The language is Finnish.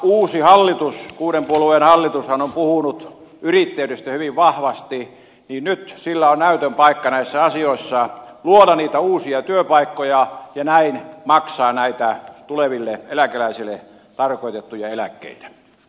uusi kuuden puolueen hallitushan on puhunut yrittäjyydestä hyvin vahvasti ja nyt sillä on näytön paikka näissä asioissa luoda niitä uusia työpaikkoja ja näin maksaa näitä tuleville eläkeläisille tarkoitettuja eläkkeitä